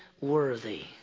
worthy